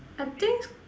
I think